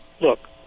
look